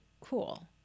cool